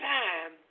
time